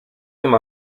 him